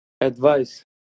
advice